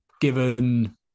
given